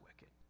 wicked